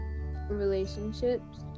relationships